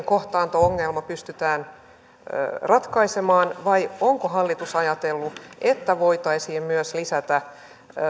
kohtaanto ongelma pystytään ratkaisemaan vai onko hallitus ajatellut että voitaisiin myös lisätä